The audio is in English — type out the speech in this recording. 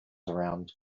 around